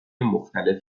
مختلف